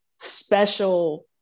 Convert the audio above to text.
special